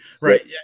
Right